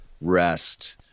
rest